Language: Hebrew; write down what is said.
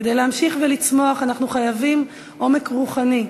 כדי להמשיך לצמוח אנחנו חייבים עומק רוחני,